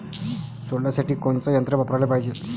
सोल्यासाठी कोनचं यंत्र वापराले पायजे?